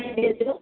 ଯିବ